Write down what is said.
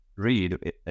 read